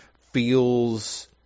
feels